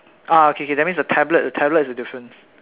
ah okay K that means the tablet the tablet is the difference